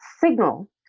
signal